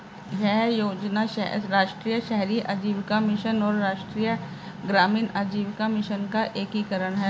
यह योजना राष्ट्रीय शहरी आजीविका मिशन और राष्ट्रीय ग्रामीण आजीविका मिशन का एकीकरण है